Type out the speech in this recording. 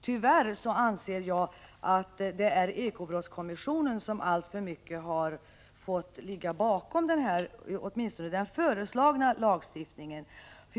Jag anser att det tyvärr är ekobrottskommissionen som alltför mycket har fått ligga bakom om inte den i dag gällande så åtminstone den föreslagna lagstiftningen.